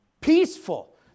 peaceful